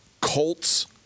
Colts